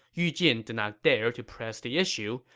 yu jin did not dare to press the issue,